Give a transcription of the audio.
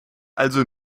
also